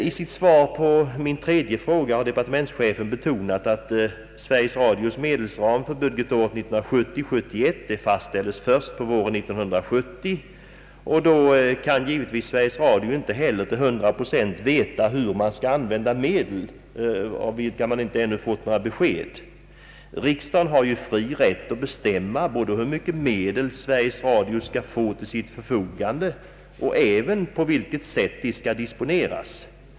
I sitt svar på min tredje fråga har departementschefen betonat att Sveriges Radios medelsram för budgetåret 1970/ 71 fastställes först på våren 1970. Då kan givetvis Sveriges Radio inte heller till hundra procent veta hur man skall använda de medel om vilka man ännu inte fått något besked. Riksdagen har fri rätt att bestämma både hur mycket medel Sveriges Radio skall få till sitt förfogande och på vilket sätt de skall disponeras.